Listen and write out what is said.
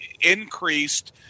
increased